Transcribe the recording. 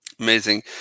Amazing